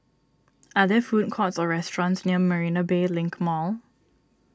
are there food courts or restaurants near Marina Bay Link Mall